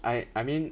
I I mean